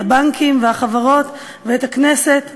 הבנקים והחברות ואת הכנסת והממשלה.